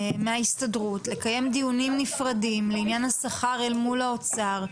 מההסתדרות לקיים דיונים נפרדים לעניין השכר אל מול האוצר,